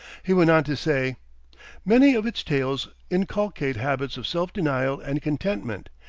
he went on to say many of its tales inculcate habits of self-denial and contentment,